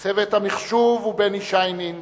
לצוות המחשוב ובני שיינין,